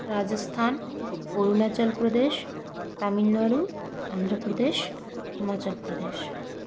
Rajasthan Arunachal Pradesh Tamil Nadu Andhra Pradesh Himachal Pradesh